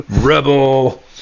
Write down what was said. Rebel